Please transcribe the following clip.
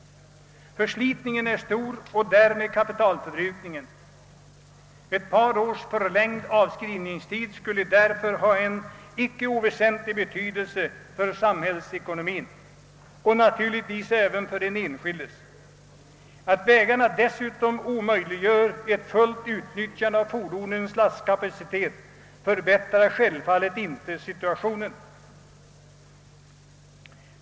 Förslitningen är stor och därmed kapitalförbrukningen. En med ett par år förlängd avskrivningstid skulle därför ha en icke oväsentlig betydelse för samhällets — och naturligtvis också för den enskildes — ekonomi. Att vägarna dessutom omöjliggör ett fullt utnyttjande av fordonens lastkapacitet förbättrar självfallet inte situationen.